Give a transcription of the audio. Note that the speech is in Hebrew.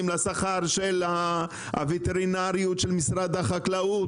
לשכר של הווטרינריות של משרד החקלאות,